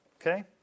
Okay